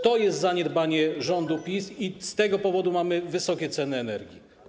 To zaniedbanie rządu PiS i z tego powodu mamy wysokie ceny energii.